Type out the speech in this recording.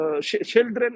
children